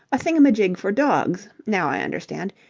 a thingamajig for dogs? now i understand.